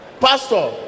Pastor